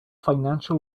financial